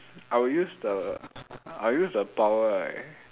I will use the I will use the power right